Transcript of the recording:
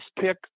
pick